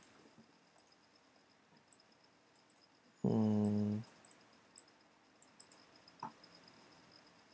hmm